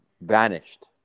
vanished